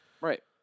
Right